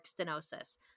stenosis